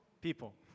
people